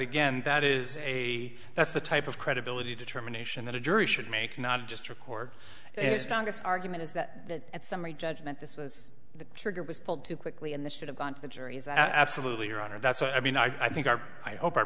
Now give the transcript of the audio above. again that is a that's the type of credibility determination that a jury should make not just record it's congress argument is that that at summary judgment this was the trigger was pulled too quickly and this should have gone to the jury is absolutely right or that's what i mean i think our i hope our